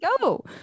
go